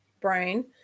brain